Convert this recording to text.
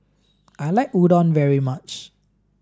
I like Udon very much